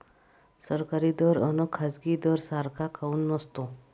सरकारी दर अन खाजगी दर सारखा काऊन नसतो?